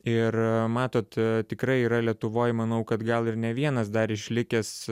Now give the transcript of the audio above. ir matot tikrai yra lietuvoj manau kad gal ir ne vienas dar išlikęs